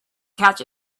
catch